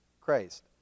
Christ